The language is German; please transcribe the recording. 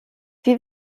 wie